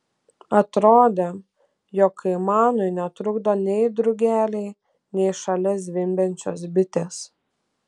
atrodė jog kaimanui netrukdo nei drugeliai nei šalia zvimbiančios bitės